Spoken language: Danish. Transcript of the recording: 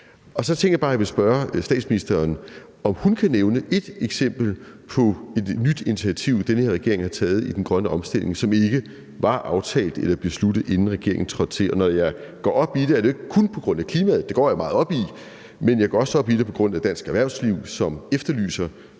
Og så tænkte jeg bare, jeg vil spørge statsministeren, om hun kan nævne et eksempel på et nyt initiativ, som den her regering har taget, i den grønne omstilling, og som ikke var aftalt eller besluttet, inden regeringen trådte til. Når jeg går op i det, er det ikke kun på grund af klimaet. Det går jeg meget op i, men jeg går også op i det på grund af dansk erhvervsliv, som efterlyser